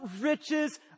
riches